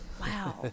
Wow